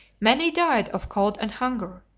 many died of cold and hunger,